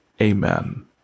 amen